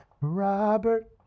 Robert